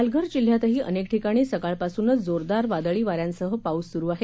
पालघर जिल्ह्यातही अनेक ठिकाणी सकाळपासूनच जोरदार वादळी वाऱ्यासह पाऊस सूरू आहे